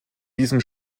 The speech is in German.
diesem